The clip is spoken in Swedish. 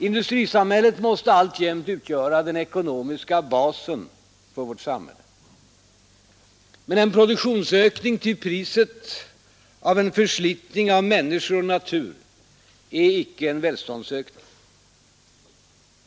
Industrisamhället måste alltjämt utgöra den ekonomiska basen för vårt samhälle. Men en produktionsökning till priset av förslitning av människor och natur är icke en välståndsökning.